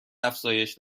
افزایش